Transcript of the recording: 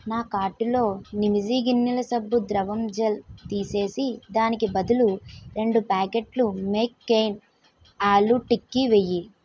నా కార్టు లో నిమీజీ గిన్నెల సబ్బు ద్రవం జెల్ తీసేసి దానికి బదులు రెండు ప్యాకెట్లు మేక్కెయిన్ ఆలూ టిక్కీ వేయి